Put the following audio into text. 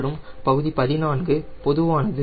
மற்றும் பகுதி பதினான்கு பொதுவானது